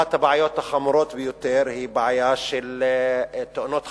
אחת הבעיות החמורות ביותר היא בעיה של תאונות חצר,